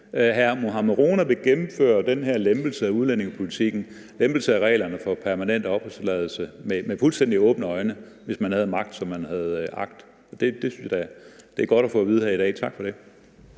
Hr. Mohammad Rona vil gennemføre den her lempelse af udlændingepolitikken og reglerne for permanent opholdstilladelse med fuldstændig åbne øjne, hvis man havde magt, som man havde agt. Det synes jeg da er godt at få at vide her i dag. Tak for det.